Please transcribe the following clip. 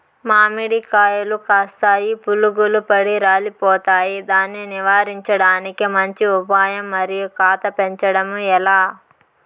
మామిడి కాయలు కాస్తాయి పులుగులు పడి రాలిపోతాయి దాన్ని నివారించడానికి మంచి ఉపాయం మరియు కాత పెంచడము ఏలా?